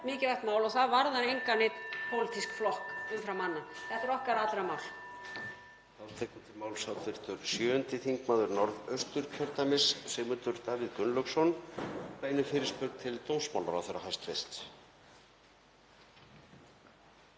mikilvægt mál og það varðar engan einn pólitískan flokk umfram annan. Þetta er okkar allra mál.